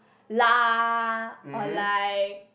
lah or like